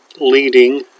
leading